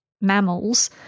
mammals